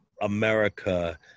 America